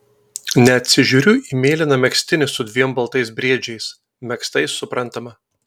neatsižiūriu į mėlyną megztinį su dviem baltais briedžiais megztais suprantama